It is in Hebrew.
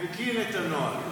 אני מכיר את הנוהל.